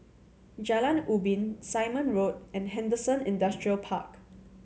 Jalan Ubin Simon Road and Henderson Industrial Park